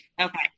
Okay